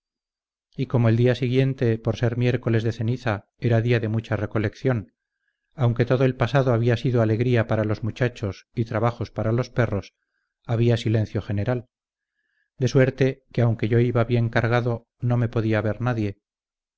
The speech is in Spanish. y como el día siguiente por ser miércoles de ceniza era día de mucha recolección aunque todo el pasado había sido alegría para los muchachos y trabajos para los perros había silencio general de suerte que aunque yo iba bien cargado no me podía ver nadie